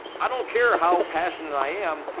i don't care how passionate i am,